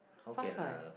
fast what